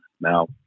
now